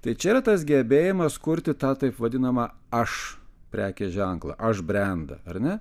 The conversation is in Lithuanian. tai čia yra tas gebėjimas kurti tą taip vadinamą aš prekės ženklą aš brendą ar ne